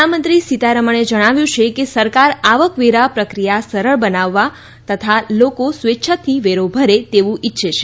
નાણાંમંત્રી સીતારમણે જણાવ્યું છે કે સરકાર આવકવેરા પ્રક્રિયા સરળ બનાવવા તથા લોકો સ્વેચ્છાથી વેરો ભરે તેવું ઈચ્છે છે